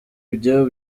byo